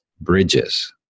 bridges